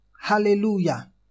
Hallelujah